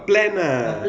a plan ah